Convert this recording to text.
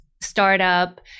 startup